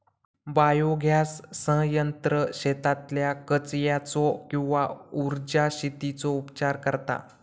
biogas संयंत्र शेतातल्या कचर्याचो किंवा उर्जा शेतीचो उपचार करता